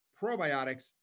probiotics